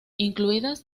incluidas